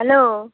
hello